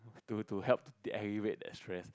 to to help alleviate that stress